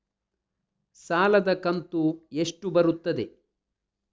ಸಾಲದ ಕಂತು ಎಷ್ಟು ಬರುತ್ತದೆ?